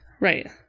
Right